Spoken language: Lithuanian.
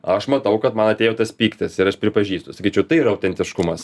aš matau kad man atėjo tas pyktis ir aš pripažįstu sakyčiau tai yra autentiškumas